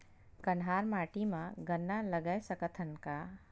कन्हार माटी म गन्ना लगय सकथ न का?